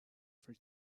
for